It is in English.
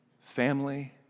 Family